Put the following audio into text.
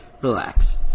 Relax